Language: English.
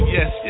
Yes